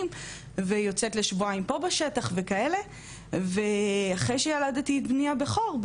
ויוצאת לשבועיים פה בשטח וכאלה ואחרי שילדתי את בני הבכור,